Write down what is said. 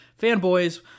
fanboys